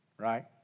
Right